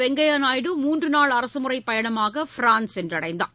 வெங்கையா நாயுடு மூன்று நாள் அரசுமுறைப் பயணமாக பிரான்ஸ் சென்றடைந்தார்